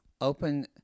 open